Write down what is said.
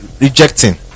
rejecting